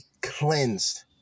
cleansed